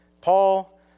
Paul